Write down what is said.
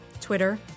Twitter